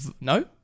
no